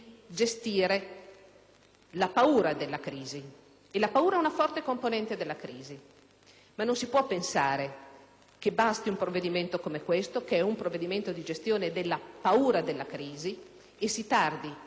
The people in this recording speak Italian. la paura della crisi. La paura è una forte componente della crisi, ma non si può pensare che basti un provvedimento come questo (che è di gestione della paura della crisi), tardando